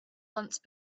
once